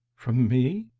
from me?